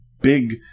big